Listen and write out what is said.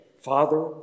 Father